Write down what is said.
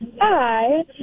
Hi